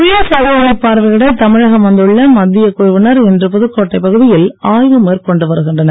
புயல் சேதங்களை பார்வையிட தமிழகம் வந்துள்ள மத்தியக் குழுவினர் இன்று புதுக்கோட்டைப் பகுதியில் ஆய்வு மேற்கொண்டு வருகின்றனர்